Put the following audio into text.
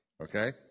okay